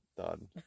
Done